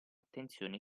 attenzione